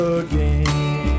again